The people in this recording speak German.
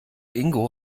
ingo